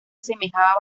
asemejaba